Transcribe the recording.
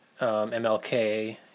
MLK